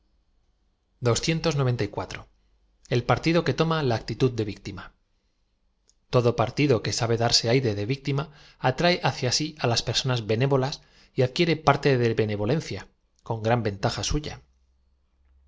pa rtid o que toma la actitud de tic tir m todo partido que sabe darse aire de victim a atrae hacia si á las personas benévolas y adquiere parte de benevolencia con gran ventaja suya